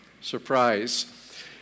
Surprise